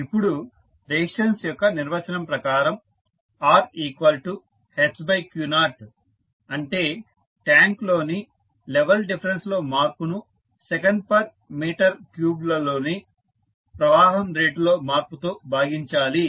ఇప్పుడు రెసిస్టెన్స్ యొక్క నిర్వచనం ప్రకారం R hq0 అంటే ట్యాంక్లోని లెవెల్ డిఫరెన్స్ లో మార్పు ను సెకన్ పర్ మీటర్ క్యూబ్లలోని ప్రవాహం రేటులో మార్పుతో భాగించాలి